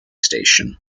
station